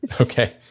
Okay